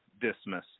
Dismiss